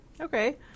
okay